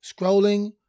scrolling